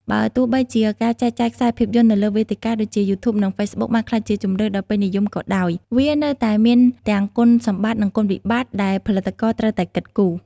បើទោះបីជាការចែកចាយខ្សែភាពយន្តនៅលើវេទិកាដូចជា យូធូប និង ហ្វេសប៊ុកបានក្លាយជាជម្រើសដ៏ពេញនិយមក៏ដោយ វានៅតែមានទាំងគុណសម្បត្តិនិងគុណវិបត្តិដែលផលិតករត្រូវគិតគូរ។